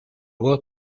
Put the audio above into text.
voz